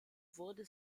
wurde